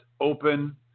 open